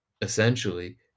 Essentially